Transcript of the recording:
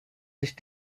sich